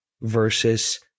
versus